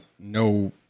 no